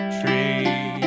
tree